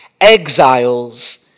exiles